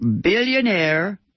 billionaire